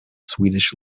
swedish